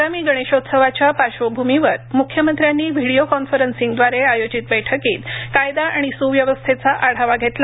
आगामी गणेशोत्सवाच्या पार्श्वभूमीवर म्ख्यमंत्र्यांनी व्हिडिओ कॉन्फरन्सिंगदवारे आयोजित बैठकीत कायदा आणि स्व्यवस्थेचा आढावा घेतला